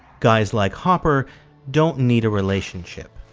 guys like hopper don't need a relationship,